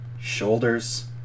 shoulders